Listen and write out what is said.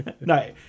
No